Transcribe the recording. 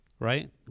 Right